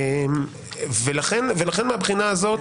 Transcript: לכן, מהבחינה הזאת,